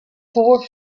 four